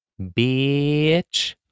bitch